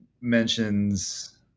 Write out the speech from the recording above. mentions